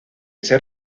ser